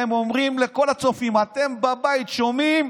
והם אומרים לכל הצופים: אתם בבית שומעים?